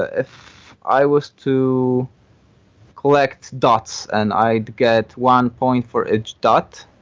ah if i was to collect dots and i'd get one point for each dot,